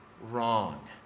wrong